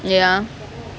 ya